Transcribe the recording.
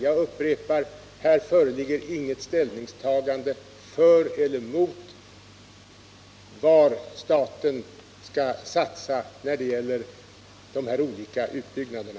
Jag upprepar: Här föreligger inget ställningstagande för eller mot var staten skall satsa på de olika utbyggnaderna.